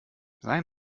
sein